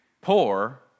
poor